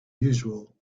usual